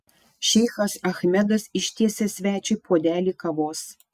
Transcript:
šeichas achmedas ištiesia svečiui puodelį kavos